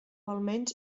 almenys